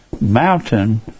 mountain